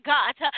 God